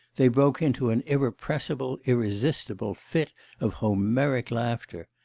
they broke into an irrepressible, irresistible fit of homeric laughter.